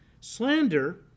Slander